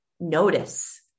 Notice